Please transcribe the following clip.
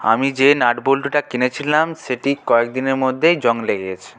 আমি যে নাট বল্টুটা কিনেছিলাম সেটি কয়েকদিনের মধ্যেই জং লেগে গেছে